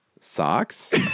Socks